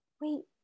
wait